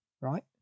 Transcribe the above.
right